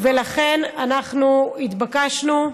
לכן התבקשנו,